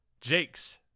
Jake's